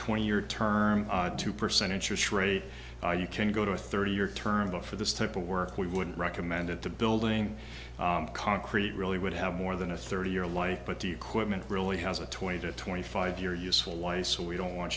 twenty year term two percent interest rate you can go to a thirty year term but for this type of work we wouldn't recommend it to building concrete really would have more than a thirty year life but the equipment really has a twenty to twenty five year useful life so we don't want